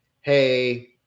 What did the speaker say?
hey